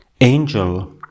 angel